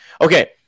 Okay